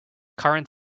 current